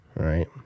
right